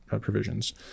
provisions